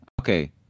okay